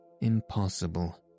Impossible